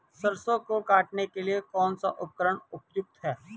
सरसों को काटने के लिये कौन सा उपकरण उपयुक्त है?